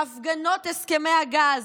ההפגנות על הסכמי הגז,